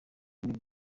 bamwe